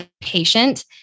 patient